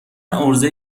عرضه